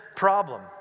problem